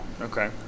Okay